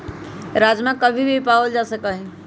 राजमा कभी भी पावल जा सका हई